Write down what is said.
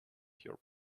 your